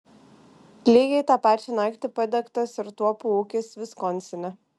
lygiai tą pačią naktį padegtas ir tuopų ūkis viskonsine